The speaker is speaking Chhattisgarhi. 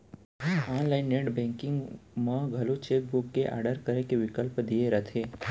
आनलाइन नेट बेंकिंग म घलौ चेक बुक के आडर करे के बिकल्प दिये रथे